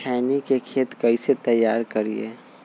खैनी के खेत कइसे तैयार करिए?